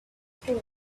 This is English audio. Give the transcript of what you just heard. story